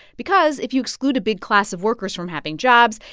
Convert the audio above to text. because if you exclude a big class of workers from having jobs,